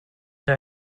her